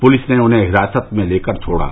police ने उन्हें हिरासत में लेकर छोड़ा